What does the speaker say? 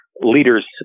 leaders